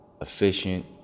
Efficient